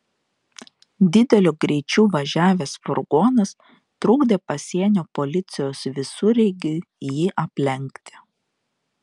dideliu greičiu važiavęs furgonas trukdė pasienio policijos visureigiui jį aplenkti